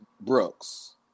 Brooks